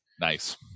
Nice